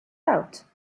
out